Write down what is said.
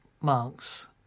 monks